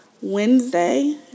Wednesday